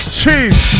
cheese